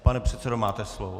Pane předsedo, máte slovo.